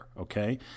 okay